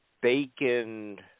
Bacon